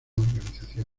organización